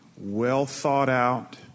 well-thought-out